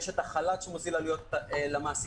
יש את החל"ת שמוזיל עלויות למעסיקים.